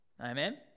Amen